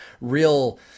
real